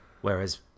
whereas